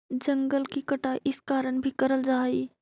जंगल की कटाई इस कारण भी करल जा हई